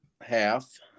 Half